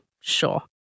sure